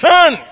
Son